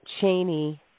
Cheney